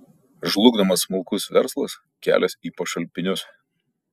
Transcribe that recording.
žlugdomas smulkus verslas kelias į pašalpinius